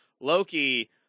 Loki